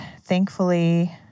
thankfully